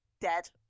dead